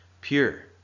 pure